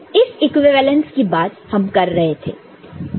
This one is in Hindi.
तो इस इक्विवेलेंस की बात हम कर रहे थे